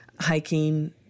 hiking